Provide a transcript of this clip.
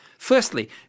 Firstly